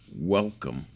welcome